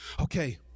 okay